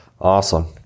awesome